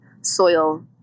soil